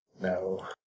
No